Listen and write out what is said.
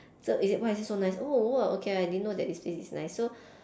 so is it why is this so nice oh !whoa! okay I didn't know that is this is nice